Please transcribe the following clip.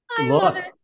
look